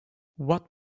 what